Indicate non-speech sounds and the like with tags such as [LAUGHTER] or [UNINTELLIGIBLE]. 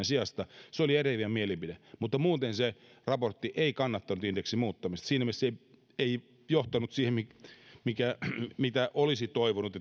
[UNINTELLIGIBLE] sijasta se oli eriävä mielipide mutta muuten se raportti ei kannattanut indeksin muuttamista siinä mielessä se ei johtanut siihen mihin olisi toivonut [UNINTELLIGIBLE]